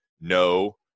No